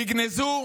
תגנזו,